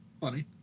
funny